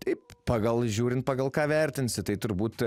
taip pagal žiūrint pagal ką vertinsi tai turbūt